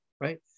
right